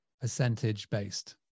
percentage-based